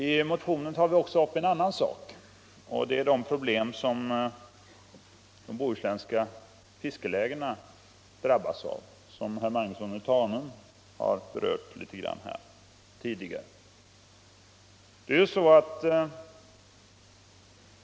I motionen tar vi också upp ett problem som de bohuslänska fiskelägena drabbas av och som herr Magnusson i Tanum har berört tidigare.